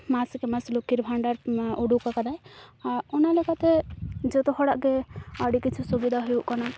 ᱢᱟᱥᱠᱮ ᱢᱟᱥ ᱞᱚᱠᱠᱷᱤᱨ ᱵᱷᱟᱱᱰᱟᱨ ᱚᱰᱳᱠ ᱟᱠᱟᱫᱟᱭ ᱚᱱᱟ ᱞᱮᱠᱟᱛᱮ ᱡᱚᱛᱚᱦᱚᱲᱟᱜ ᱜᱮ ᱟᱹᱰᱤ ᱠᱤᱪᱷᱩ ᱥᱩᱵᱤᱫᱷᱟ ᱦᱩᱭᱩᱜ ᱠᱟᱱᱟ